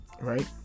Right